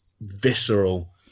visceral